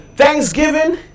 Thanksgiving